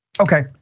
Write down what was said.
Okay